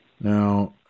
Now